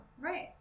Right